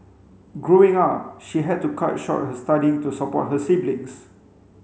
growing up she had to cut short her studying to support her siblings